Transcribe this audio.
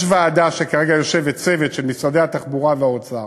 כרגע יושבת ועדה, צוות של משרדי התחבורה והאוצר.